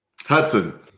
Hudson